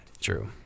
True